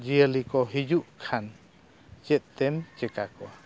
ᱡᱤᱭᱟᱹᱞᱤ ᱠᱚ ᱦᱤᱡᱩᱜ ᱠᱷᱟᱱ ᱪᱮᱫ ᱛᱮᱢ ᱪᱮᱠᱟ ᱠᱚᱣᱟ